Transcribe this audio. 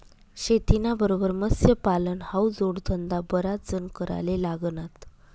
शेतीना बरोबर मत्स्यपालन हावू जोडधंदा बराच जण कराले लागनात